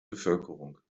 bevölkerung